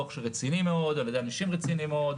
דוח רציני מאוד על ידי אנשים רציניים מאוד,